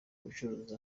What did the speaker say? ubucuruzi